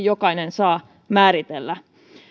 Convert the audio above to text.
jokainen saa myöskin määritellä